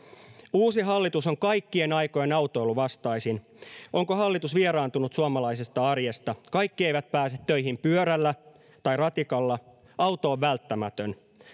uusi hallitus on kaikkien aikojen autoiluvastaisin onko hallitus vieraantunut suomalaisesta arjesta kaikki eivät pääse töihin pyörällä tai ratikalla auto on välttämätön